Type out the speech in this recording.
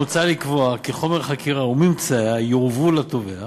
מוצע לקבוע כי חומר החקירה וממצאיה יועברו לתובע,